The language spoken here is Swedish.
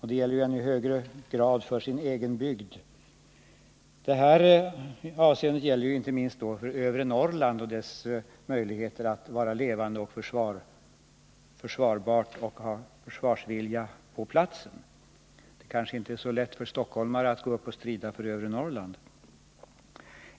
Detta gäller i ännu högre grad för den egna bygden. Det gäller inte minst för övre Norrlands möjligheter att vara levande och försvarbart att ha folk med försvarsvilja på platsen. Det kanske inte är lika lätt för en stockholmare att gå upp och strida för övre Norrland.